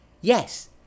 yes